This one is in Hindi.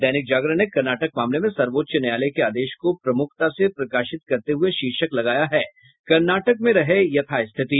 दैनिक जागरण ने कर्नाटक मामले में सर्वोच्च न्यायालय के आदेश को प्रमुखता से प्रकाशित करते हुये शीर्षक लगाया है कर्नाटक में रहे यथास्थिति